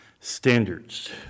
standards